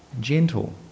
gentle